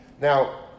Now